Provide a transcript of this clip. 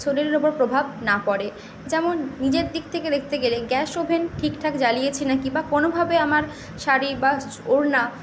শরীরের ওপর প্রভাব না পরে যেমন নিজের দিক থেকে দেখতে গেলে গ্যাস ওভেন ঠিকঠাক জ্বালিয়েছি নাকি বা কোনোভাবে আমার শাড়ি বা ওড়না